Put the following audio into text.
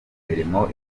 mirimo